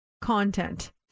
content